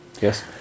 Yes